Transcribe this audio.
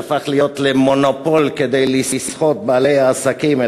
שהפך למונופול כדי לסחוט בעלי עסקים,